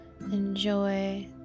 enjoy